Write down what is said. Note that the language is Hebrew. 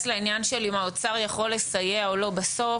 לעניין של אם האוצר יכול לסייע או לא בסוף,